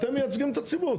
אתם מייצגים את הציבור.